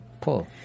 pull